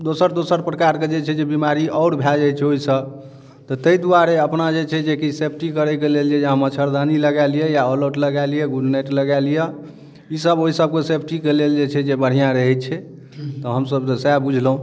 दोसर दोसर प्रकारके जे छै बीमारी आओर भए जाइत छै ओहिसँ तऽ ताहि दुआरे अपना जे छै जेकि सेफ्टी करैके लेल अहाँ मच्छरदानी लगाय लिअ या ऑलआउट लगाय लिअ गुडनाइट लगा लिअ ई सब ओसबके सेफ्टीके लेल जे छै बढ़िआँ रहैत छै तऽ हमसब तऽ सहए बुझलहुँ